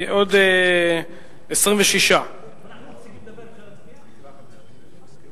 עוד 26. אנחנו נפסיק לדבר, אפשר להצביע?